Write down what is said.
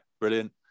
brilliant